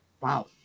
Wow